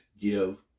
give